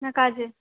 না কাজে